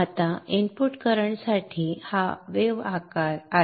आता इनपुट करंटसाठी हा वेव्ह आकार आहे